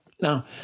Now